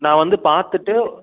நான் வந்து பார்த்துட்டு